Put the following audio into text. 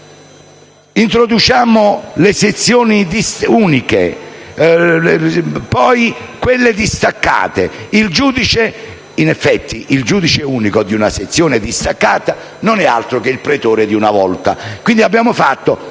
di introdurre prima le sezioni uniche e poi quelle distaccate. In effetti, il giudice unico di una sezione distaccata non è altro che il pretore di una volta.